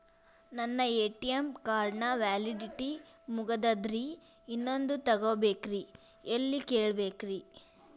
ನನ್ನ ATM card ನ validity ಮುಗದದ್ರಿ ಇನ್ನೊಂದು ತೊಗೊಬೇಕ್ರಿ ಎಲ್ಲಿ ಕೇಳಬೇಕ್ರಿ?